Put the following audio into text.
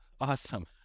Awesome